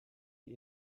die